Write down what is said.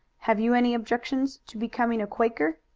have you any objections to becoming a quaker?